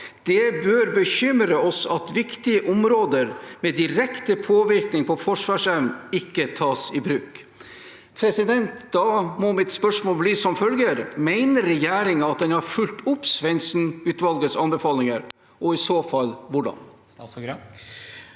«Det bør bekymre oss at viktige områder med direkte påvirkning på forsvarsevne ikke tas tak i.» Da må mitt spørsmål bli som følger: Mener regjeringen at den har fulgt opp Svendsen-utvalgets anbefalinger, og i så fall hvordan?